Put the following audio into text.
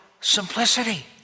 simplicity